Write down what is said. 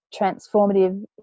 transformative